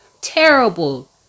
Terrible